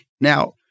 Now